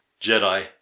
Jedi